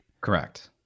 Correct